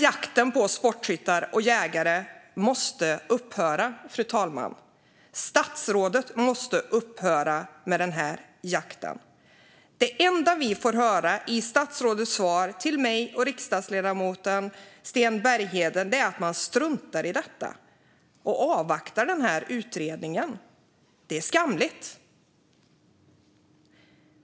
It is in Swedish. Jakten på sportskyttar och jägare måste upphöra, fru talman. Statsrådet måste upphöra med denna jakt. Det enda vi får höra i statsrådets svar till mig och ledamoten Bergheden är att man struntar i detta och avvaktar utredningen. Det är skamligt.